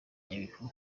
nyabihu